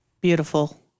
Beautiful